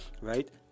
right